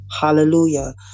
Hallelujah